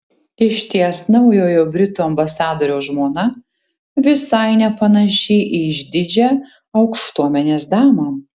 išties naujojo britų ambasadoriaus žmona visai nepanaši į išdidžią aukštuomenės damą